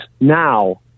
now